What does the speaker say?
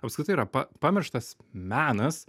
apskritai yra pa pamirštas menas